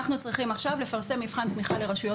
אנחנו צריכים עכשיו לפרסם מבחן תמיכה לרשויות